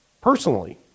personally